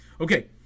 Okay